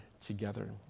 together